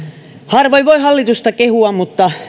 harvoin voi hallitusta kehua mutta